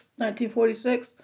1946